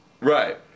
Right